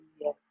Yes